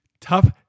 Tough